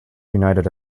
united